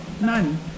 none